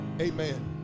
amen